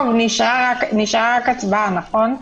נשארה רק הצבעה, נכון?